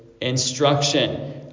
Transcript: instruction